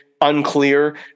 unclear